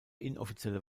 inoffizielle